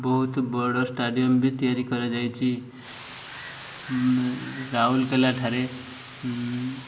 ବହୁତ ବଡ଼ ଷ୍ଟାଡ଼ିୟମ ବି ତିଆରି କରାଯାଇଛି ରାଉରକେଲା ଠାରେ